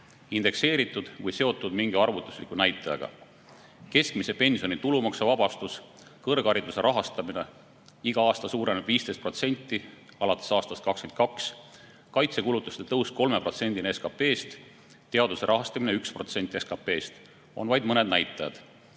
indekseeritud või seotud mingi arvutusliku näitajaga. Keskmise pensioni tulumaksuvabastus, kõrghariduse rahastamine iga aasta suureneb 15% alates aastast 2022, kaitsekulutuste tõus 3%-ni SKP-st, teaduse rahastamine 1% SKP-st – need on vaid mõned näitajad. Kõik